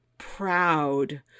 proud